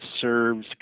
serves